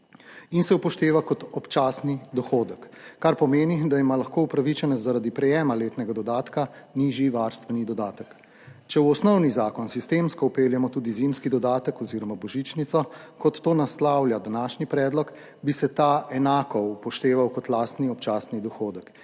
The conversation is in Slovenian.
in se upošteva kot občasni dohodek, kar pomeni, da ima lahko upravičenec zaradi prejema letnega dodatka nižji varstveni dodatek. Če v osnovni zakon sistemsko vpeljemo tudi zimski dodatek oziroma božičnico, kot to naslavlja današnji predlog, bi se ta enako upoštevala kot lastni občasni dohodek